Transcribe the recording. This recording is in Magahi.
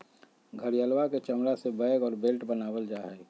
घड़ियलवा के चमड़ा से बैग और बेल्ट बनावल जाहई